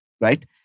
right